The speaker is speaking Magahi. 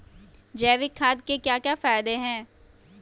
जैविक खाद के क्या क्या फायदे हैं?